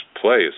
place